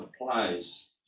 applies